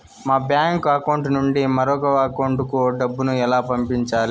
మా bank account నుండి మరొక అకౌంట్ కు డబ్బును ఎలా పంపించాలి